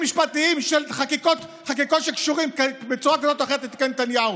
משפטיים של חקיקות שקשורות בצורה כזאת או אחרת לתיקי נתניהו.